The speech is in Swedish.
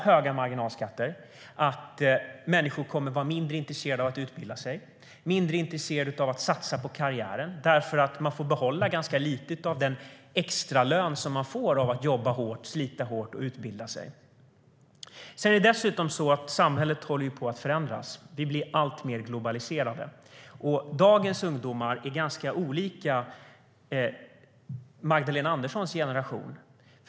Höga marginalskatter innebär också att människor kommer att vara mindre intresserade av att utbilda sig och mindre intresserade av att satsa på karriären, därför att man får behålla ganska lite av den extralön som man får av att jobba och slita hårt och utbilda sig. Det är dessutom så att samhället håller på att förändras. Vi blir alltmer globaliserade. Och dagens ungdomar är ganska olika Magdalena Anderssons generation.